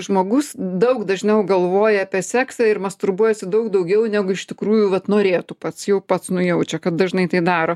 žmogus daug dažniau galvoja apie seksą ir masturbuojasi daug daugiau negu iš tikrųjų vat norėtų pats jau pats nujaučia kad dažnai tai daro